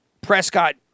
Prescott